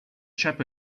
chap